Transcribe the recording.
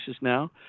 now